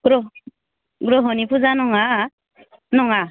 ग्रह'नि फुजा नङा नङा